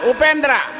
Upendra